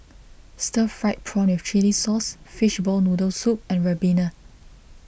Stir Fried Prawn with Chili Sauce Fishball Noodle Soup and Ribena